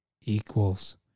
equals